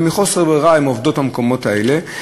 ומחוסר ברירה הן עובדות במקומות האלה.